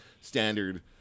standard